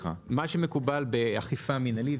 מה מקובל באכיפה מנהלית,